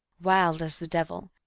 wild as the devil,